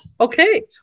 Okay